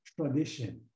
tradition